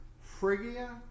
Phrygia